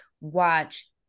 watch